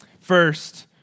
First